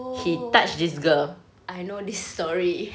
oh I know this story